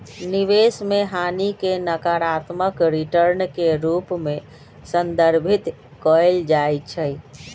निवेश में हानि के नकारात्मक रिटर्न के रूप में संदर्भित कएल जाइ छइ